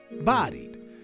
Bodied